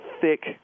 thick